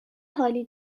حالی